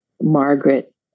Margaret